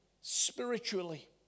spiritually